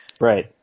Right